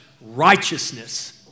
righteousness